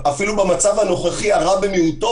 אפילו במצב הנוכחי זה הרע במיעוטו.